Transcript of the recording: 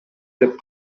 деп